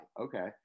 Okay